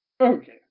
Okay